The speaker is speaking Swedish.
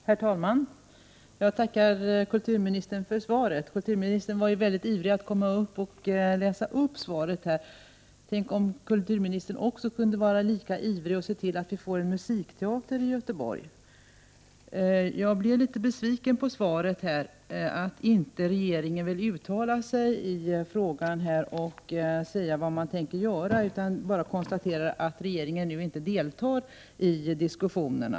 Herr talman! Kulturministern var ju mycket ivrig att komma upp i talarstolen för att läsa upp svaret. Tänk om kulturministern kunde vara lika ivrig att se till att vi får en musikteater i Göteborg. Jag blev litet besviken på svaret att regeringen inte vill uttala sig i denna fråga och säga vad man tänker göra. Kulturministern bara konstaterar att regeringen nu inte deltar i diskussionerna.